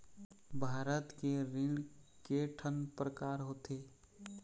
भारत के ऋण के ठन प्रकार होथे?